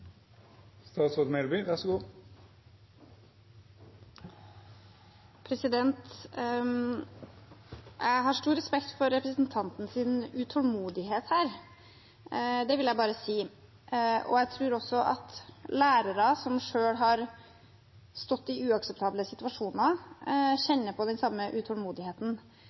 Jeg har stor respekt for representantens utålmodighet, det vil jeg bare si. Jeg tror også at lærere som selv har stått i uakseptable situasjoner, kjenner på den samme utålmodigheten.